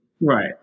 Right